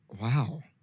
wow